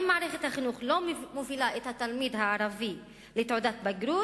אם מערכת החינוך לא מובילה את התלמיד הערבי לתעודת בגרות,